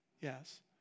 Yes